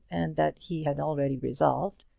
and that he had already resolved,